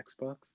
Xbox